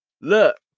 look